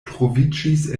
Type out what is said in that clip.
troviĝis